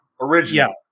Original